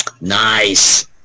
Nice